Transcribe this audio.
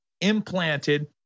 implanted